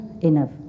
enough